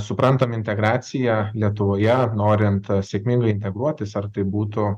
suprantam integraciją lietuvoje norint sėkmingai integruotis ar tai būtų